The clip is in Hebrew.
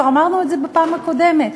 כבר אמרנו את זה בפעם הקודמת.